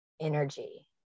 energy